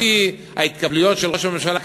לפי ההתקפלויות של ראש הממשלה,